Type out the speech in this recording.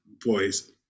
boys